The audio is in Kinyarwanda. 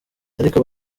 ariko